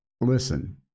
Listen